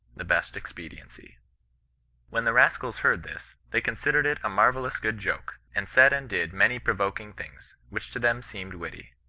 the best expediency when the rascals heard this, they considered it a maryellous good joke, and said and did many provoking things, which to them seemed witty.